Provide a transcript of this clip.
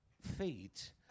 feet